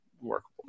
workable